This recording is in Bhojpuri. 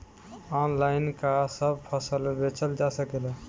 आनलाइन का सब फसल बेचल जा सकेला?